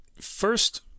first